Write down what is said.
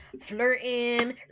flirting